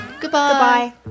Goodbye